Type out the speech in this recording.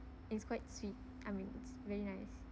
it's quite sweet I mean it's very nice